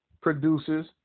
produces